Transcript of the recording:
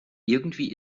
irgendwie